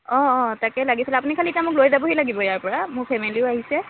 অঁ অঁ তাকে লাগিছিলে আপুনি খালী এতিয়া মোক লৈ যাবহি লাগিব ইয়াৰ পৰা মোৰ ফেমিলিও আহিছে